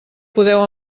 podeu